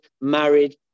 married